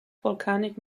volcanic